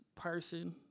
person